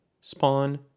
spawn